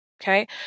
Okay